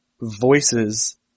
voices